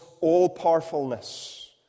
all-powerfulness